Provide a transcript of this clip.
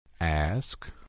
Ask